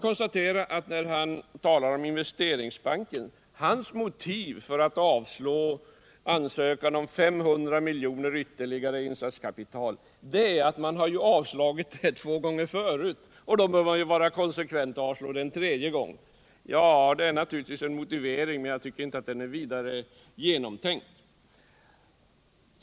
Herr Börjessons motiv för att avslå ansökan om vtterligare 500 milj.kr. i insatskapital till Investeringsbanken är att man har avslagit ansökan två gånger förut — då bör man vara konsekvent och avslå den en tredje gång. Ja, det är naturligtvis en motivering, men jag tycker inte att den är vidare genomtänkt.